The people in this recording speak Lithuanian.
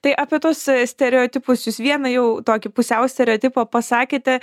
tai apie tuos stereotipus jūs vieną jau tokį pusiau stereotipą pasakėte